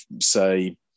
say